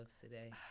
today